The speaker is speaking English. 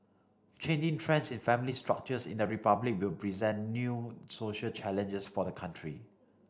changing trends in family structures in the Republic they present new social challenges for the country